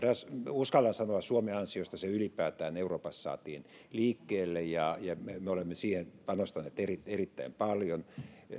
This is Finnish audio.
uskallan sanoa ylipäätään euroopassa saatiin liikkeelle ja ja me me olemme siihen panostaneet erittäin erittäin paljon